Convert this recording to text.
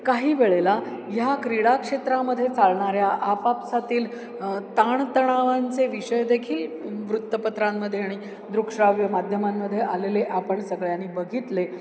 काही वेळेला ह्या क्रीडा क्षेत्रामध्ये चालणाऱ्या आपापसातील ताणतणावांचे विषय देखील वृत्तपत्रांमध्ये आणि दृकश्राव्य माध्यमांमध्ये आलेले आपण सगळ्यांनी बघितले